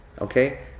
okay